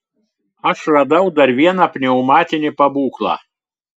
aš radau dar vieną pneumatinį pabūklą